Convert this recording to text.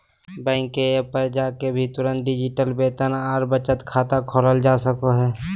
bank के app पर जाके भी तुरंत डिजिटल वेतन आर बचत खाता खोलल जा सको हय